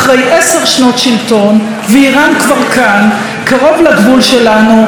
אחרי עשר שנות שלטון איראן כבר כאן קרוב לגבול שלנו,